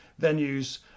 venues